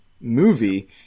movie